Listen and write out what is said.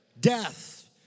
Death